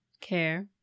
care